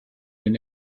and